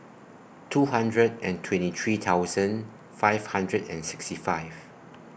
two hundred and twenty three thousand five hundred and sixty five